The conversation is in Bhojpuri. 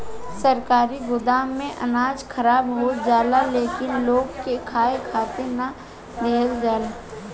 सरकारी गोदाम में अनाज खराब हो जाला लेकिन लोग के खाए खातिर ना दिहल जाला